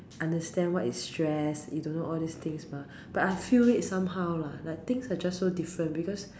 understand what is stress you don't know all this things mah but I feel it somehow lah like things are just so different because